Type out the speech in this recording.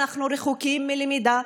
אנחנו רחוקים מלמידה,